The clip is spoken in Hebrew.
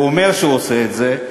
והוא אומר שהוא עושה את זה,